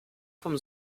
vom